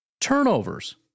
turnovers